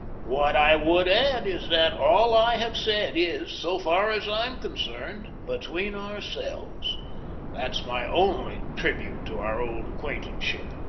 what i would add is that all i have said is, so far as i am concerned, between ourselves that's my only tribute to our old acquaintanceship.